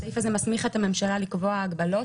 הסעיף הזה מסמיך את הממשלה לקבוע הגבלות,